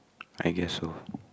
I guess so